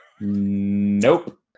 Nope